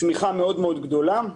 צמיחה מאוד גדולה,